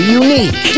unique